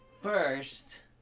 first